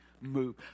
move